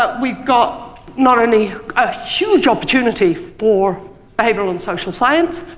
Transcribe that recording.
but we've got not only a huge opportunity for behavioral and social science,